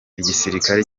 igisirikare